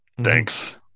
thanks